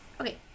Okay